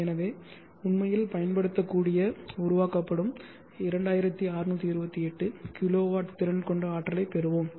எனவே உண்மையில் பயன்படுத்தக்கூடிய உருவாக்கப்படும் 2628 கிலோவாட் திறன் கொண்ட ஆற்றலைப் பெறுவோம்